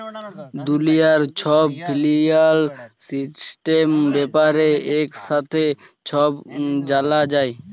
দুলিয়ার ছব financial system ব্যাপারে একসাথে ছব জালা যায়